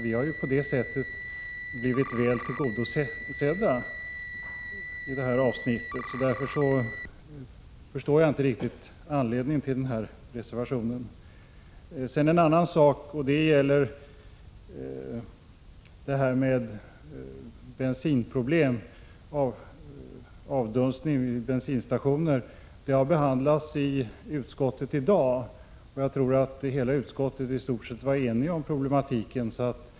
Vi har på det sättet blivit väl tillgodosedda i detta avsnitt. Därför förstår jag inte riktigt anledningen till reservationen i fråga. Jag vill beröra en annan sak, nämligen problemet med avdunstning vid bensinstationer. Den frågan har behandlats i utskottet i dag, och jag tror att i stort sett hela utskottet var enigt om problematiken.